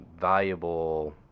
valuable